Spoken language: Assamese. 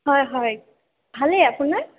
হয় হয় ভালেই আপোনাৰ